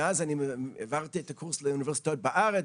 מאז, אני העברתי את הקורס לאוניברסיטאות בארץ,